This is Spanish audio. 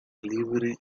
libre